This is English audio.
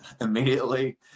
immediately